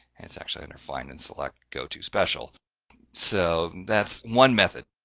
and it's actually under find and select go to special so that's one method.